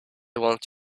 want